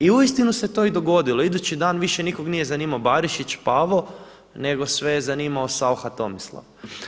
I uistinu se to i dogodilo, idući dan više nikoga nije zanimao Barišić Pavo nego je sve zanimao SAucha Tomislav.